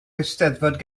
eisteddfod